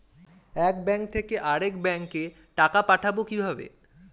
এক ব্যাংক থেকে আরেক ব্যাংকে টাকা পাঠাবো কিভাবে?